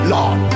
Lord